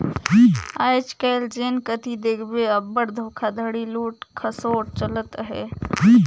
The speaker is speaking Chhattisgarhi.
आएज काएल जेन कती देखबे अब्बड़ धोखाघड़ी, लूट खसोट चलत अहे